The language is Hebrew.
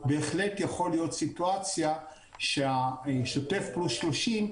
בהחליט יכולה להיות סיטואציה שבשוטף פלוס 30,